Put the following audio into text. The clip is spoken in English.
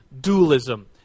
dualism